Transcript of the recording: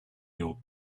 your